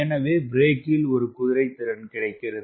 எனவே பிரேக்கில் ஒரு குதிரைத்திறன் கிடைக்கிறது